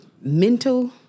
mental